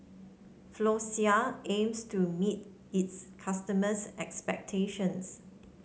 Floxia aims to meet its customers' expectations